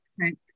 Right